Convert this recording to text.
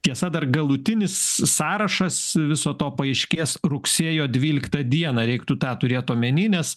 tiesa dar galutinis sąrašas viso to paaiškės rugsėjo dvyliktą dieną reiktų tą turėt omeny nes